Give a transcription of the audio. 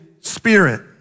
Spirit